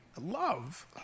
love